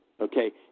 Okay